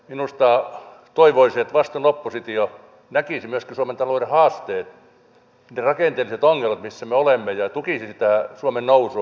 toivoisin että vastuullinen oppositio näkisi myöskin suomen talouden haasteet ne rakenteelliset ongelmat missä me olemme ja tukisi sitä suomen nousua